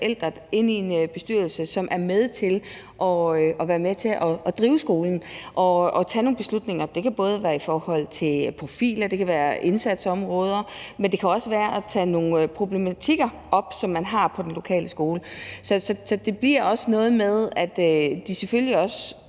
forældre, inde i en bestyrelse, som er med til at drive skole og tage nogle beslutninger. Det kan både være i forhold til profiler og indsatsområder, men det kan også være ved at tage nogle problematikker op, som man har på den lokale skole. Så det bliver også noget med, at de selvfølgelig skal